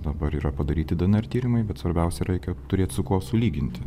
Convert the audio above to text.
dabar yra padaryti dnr tyrimui bet svarbiausia reikia turėti su kuo sulyginti